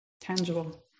Tangible